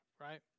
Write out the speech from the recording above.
right